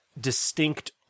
distinct